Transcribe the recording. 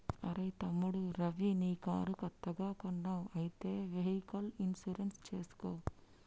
అరెయ్ తమ్ముడు రవి నీ కారు కొత్తగా కొన్నావ్ అయితే వెహికల్ ఇన్సూరెన్స్ చేసుకో